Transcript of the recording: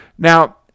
Now